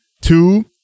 two